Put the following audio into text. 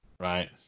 right